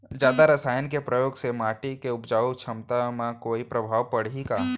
जादा रसायन के प्रयोग से माटी के उपजाऊ क्षमता म कोई प्रभाव पड़ही का?